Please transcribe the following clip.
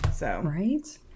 Right